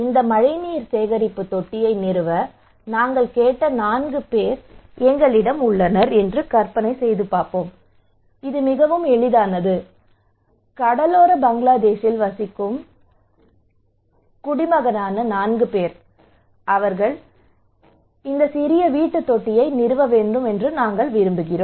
இந்த மழைநீர் சேகரிப்பு தொட்டியை நிறுவ நாங்கள் கேட்ட நான்கு பேர் எங்களிடம் உள்ளனர் என்று கற்பனை செய்வோம் இது எளிதானது கடலோர பங்களாதேஷில் வசிக்கும் பங்களாதேஷின் குடிமகனான நான்கு பேர் அவர்கள் இந்த சிறிய வீட்டு தொட்டியை நிறுவ வேண்டும் என்று நாங்கள் விரும்புகிறோம்